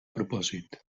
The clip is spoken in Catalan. propòsit